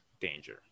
danger